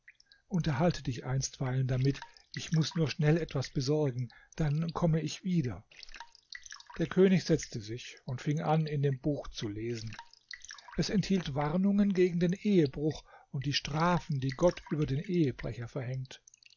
unterhalte dich einstweilen damit ich muß nur schnell etwas besorgen dann komme ich wieder der könig setzte sich und fing an in dem buch zu lesen es enthielt warnungen gegen den ehebruch und die strafen die gott über den ehebrecher verhängt